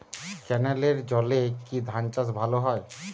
ক্যেনেলের জলে কি ধানচাষ ভালো হয়?